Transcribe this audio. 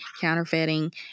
counterfeiting